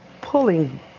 pulling